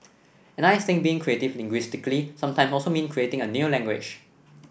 and I think being creative linguistically sometimes also mean creating a new language